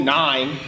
nine